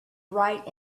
right